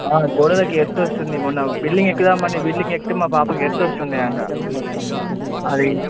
బాగా గోడలకి ఎర్త్ వస్తుంది మొన్న బిల్డింగ్ ఎక్కుదాం అని బిల్డింగ్ ఎక్కితే మా పాపకి ఎర్త్ వస్తున్నాయి అంట అది